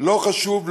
לא חשוב,